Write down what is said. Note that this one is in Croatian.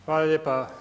Hvala lijepa.